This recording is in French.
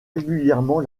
régulièrement